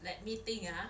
let me think ah